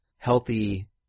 healthy